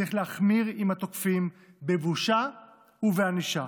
צריך להחמיר עם התוקפים, בבושה ובענישה.